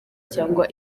cyangwa